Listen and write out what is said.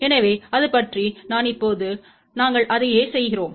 எனவே அது பற்றி தான் இப்போது நாங்கள் அதையே செய்கிறோம்